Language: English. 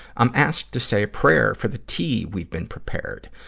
i'm asked to say prayer for the tea we've been prepared.